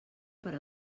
per